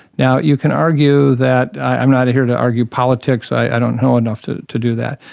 now, you can argue that, i'm not here to argue politics, i don't know enough to to do that,